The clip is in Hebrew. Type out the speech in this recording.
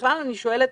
בכלל אני שואלת,